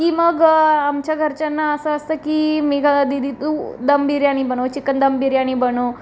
की मग आमच्या घरच्यांना असं असतं की मेघा दीदी तू दम बिर्याणी बनव चिकन दम बिर्याणी बनव